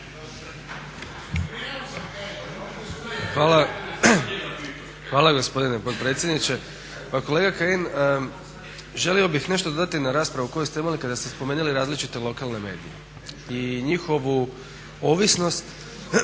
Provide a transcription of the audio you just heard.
Hvala gospodine potpredsjedniče. Pa kolega Kajin, želio bih nešto dodati na raspravu koju ste imali kada ste spomenuli različite lokalne medije i njihovu ovisnost